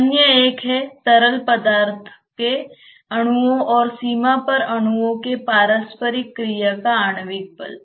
अन्य एक है तरल पदार्थ के अणुओं और सीमा पर अणुओं के पारस्परिक क्रिया का आणविक बल